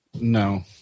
No